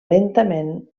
lentament